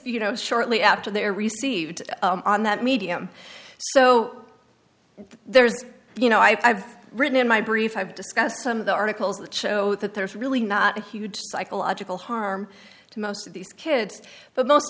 you know shortly after they're received on that medium so there's you know i've written in my brief i've discussed some of the articles that show that there's really not a huge psychological harm to most of these kids but most